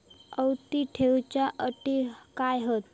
आवर्ती ठेव च्यो अटी काय हत?